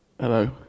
Hello